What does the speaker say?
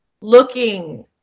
looking